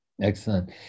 Excellent